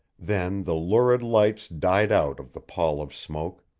then the lurid lights died out of the pall of smoke,